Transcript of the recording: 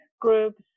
groups